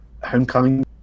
homecoming